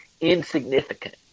insignificant